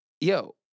yo